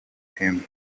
him